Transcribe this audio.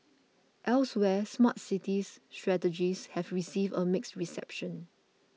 elsewhere Smart City strategies have received a mixed reception